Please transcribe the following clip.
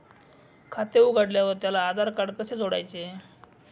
खाते उघडल्यावर त्याला आधारकार्ड कसे जोडायचे?